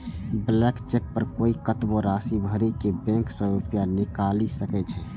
blank cheque पर कोइ कतबो राशि भरि के बैंक सं रुपैया निकालि सकै छै